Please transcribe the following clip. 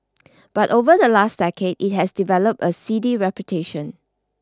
but over the last decade it has developed a seedy reputation